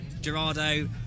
Gerardo